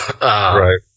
Right